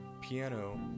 piano